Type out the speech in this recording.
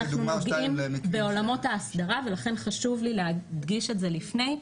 אנחנו נוגעים בעולמות ההסדרה ולכן חשוב לי להדגיש את זה לפני.